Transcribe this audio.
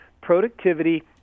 Productivity